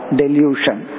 delusion